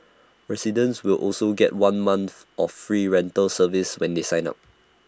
residents will also get one month of free rental service when they sign up